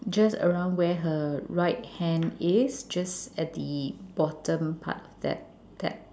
just around where her right hand is just at the bottom part that that